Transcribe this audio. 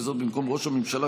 וזאת במקום ראש הממשלה,